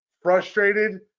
frustrated